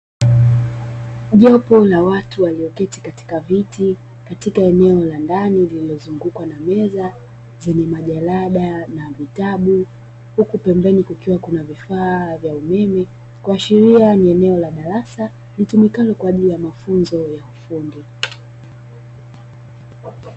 Jopo la watu walioketi katika viti, katika eneo la ndani lililozungukwa na meza, zenye majalada na vitabu, huku pembeni kukiwa kuna vifaa vya umeme, kuashiria ni eneo la darasa, litumikalo kwa ajili ya mafunzo ya ufundi.